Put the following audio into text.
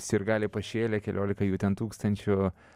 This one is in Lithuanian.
sirgaliai pašėlę keliolika jų ten tūkstančių